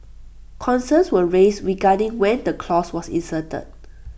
concerns were raised regarding when the clause was inserted